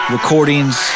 Recordings